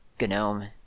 gnome